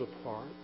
apart